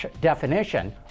definition